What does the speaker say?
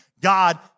God